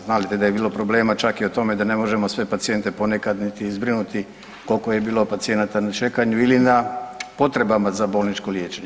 Znate da je bilo problema čak i o tome da ne možemo sve pacijente ponekad niti zbrinuti koliko je bilo pacijenata na čekanju ili na potrebama za bolničko liječenje.